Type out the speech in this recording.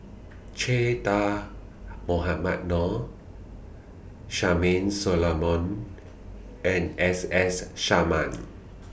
Che Dah Mohamed Noor Charmaine Solomon and S S Sarma